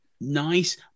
nice